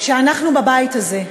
שאנחנו בבית הזה,